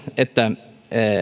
että